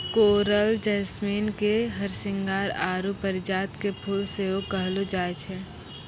coral jasmine के हरसिंहार आरु परिजात के फुल सेहो कहलो जाय छै